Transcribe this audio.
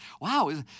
Wow